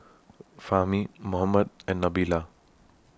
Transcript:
Fahmi Muhammad and Nabila